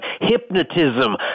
hypnotism